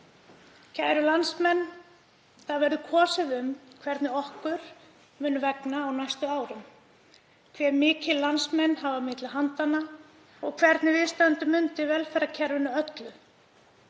Kæru landsmenn. Það verður kosið um hvernig okkur muni vegna á næstu árum, hve mikið landsmenn hafa milli handanna og hvernig við stöndum undir velferðarkerfinu öllu.